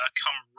come